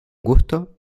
gusto